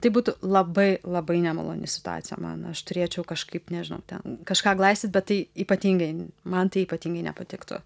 tai būtų labai labai nemaloni situacija man aš turėčiau kažkaip nežinau ten kažką glaistyt bet tai ypatingai man tai ypatingai nepatiktų